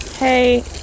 Hey